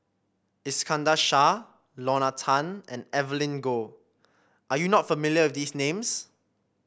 Iskandar Shah Lorna Tan and Evelyn Goh are you not familiar with these names